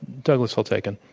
douglas holtz-eakin.